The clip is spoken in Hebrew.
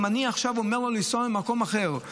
אם אני עכשיו אומר לנסוע למקום אחר,